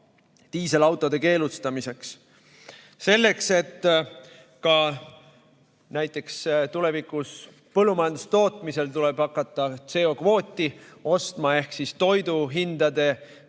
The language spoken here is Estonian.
diiselautode keelustamiseks ja selleks, et näiteks tulevikus põllumajandustootmises tuleb hakata CO2kvooti ostma ehk toidu hindade